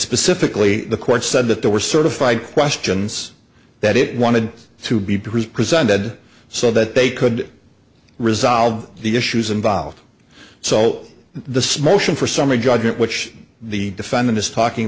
specifically the court said that there were certified questions that it wanted to be presented so that they could resolve the issues involved so the smoking for summary judgment which the defendant is talking